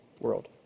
world